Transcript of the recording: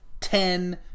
ten